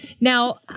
Now